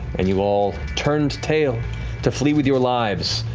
and you all turned tail to flee with your lives,